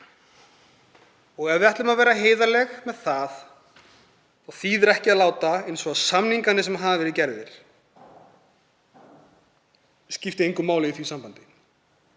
Ef við ætlum að vera heiðarleg með það þýðir ekki að láta eins og samningarnir sem hafa verið gerðir skipti engu máli í því sambandi,